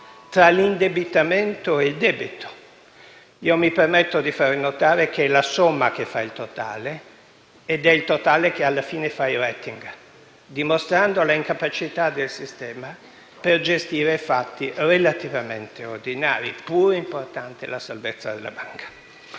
tra l'indebitamento e il debito. Mi permetto di far notare che è la somma che fa il totale ed è il totale che alla fine fa il *rating*, dimostrando l'incapacità del sistema per gestire fatti relativamente ordinari, pure essendo importante la salvezza della banca.